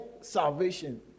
salvation